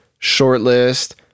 Shortlist